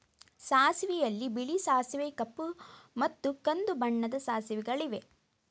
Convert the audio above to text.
ಸಾಸಿವೆಯಲ್ಲಿ ಬಿಳಿ ಸಾಸಿವೆ ಕಪ್ಪು ಮತ್ತು ಕಂದು ಬಣ್ಣದ ಸಾಸಿವೆಗಳಿವೆ